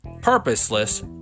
purposeless